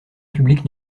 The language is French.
public